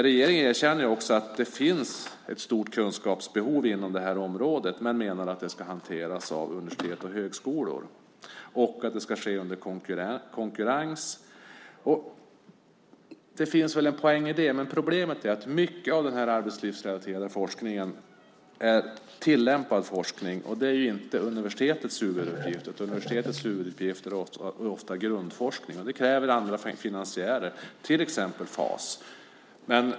Regeringen erkänner också att det finns ett stort kunskapsbehov inom det här området men menar att det ska hanteras av universitet och högskolor och att det ska ske under konkurrens. Det finns väl en poäng i det, men problemet är att mycket av den arbetslivsrelaterade forskningen är tillämpad forskning. Det är inte universitets huvuduppgift. Universitetets huvuduppgift är ofta grundforskning. Det kräver andra finansiärer, till exempel Fas.